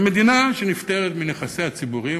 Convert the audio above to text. ומדינה שנפטרת מנכסיה הציבוריים,